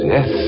Yes